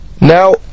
Now